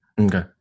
Okay